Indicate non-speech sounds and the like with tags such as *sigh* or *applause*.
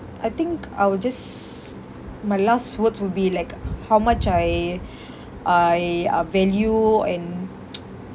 I think I will just my last words would be like how much I I uh value and *noise*